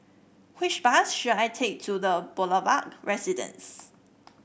which bus should I take to The Boulevard Residence